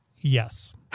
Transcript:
Yes